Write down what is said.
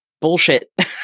bullshit